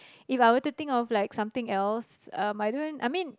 If I were to think of something else I mean